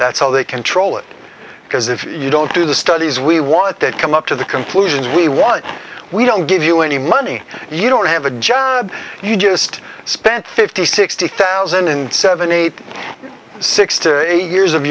that's how they control it because if you don't do the studies we want they come up to the conclusions we want we don't give you any money you don't have a job you just spent fifty sixty thousand and seventy eight six to eight years of